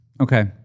Okay